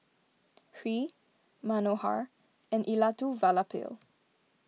Hri Manohar and Elattuvalapil